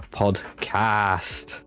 podcast